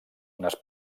unes